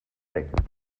weg